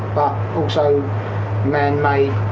but also man-made,